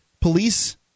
police